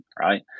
right